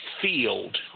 field